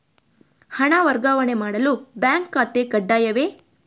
ಹಣ ವರ್ಗಾವಣೆ ಮಾಡಲು ಬ್ಯಾಂಕ್ ಖಾತೆ ಕಡ್ಡಾಯವೇ?